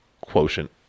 quotient